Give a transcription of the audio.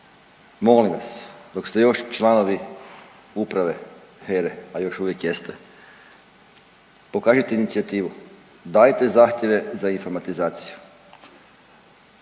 Molim vas dok ste još članovi uprave HERA-e, a još uvijek jeste, pokažite inicijativu, dajte zahtjeve za informatizaciju.